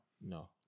No